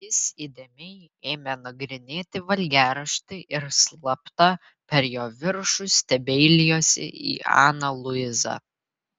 jis įdėmiai ėmė nagrinėti valgiaraštį ir slapta per jo viršų stebeilijosi į aną luizą